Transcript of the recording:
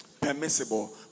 permissible